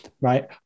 right